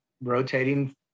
rotating